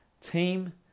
team